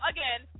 Again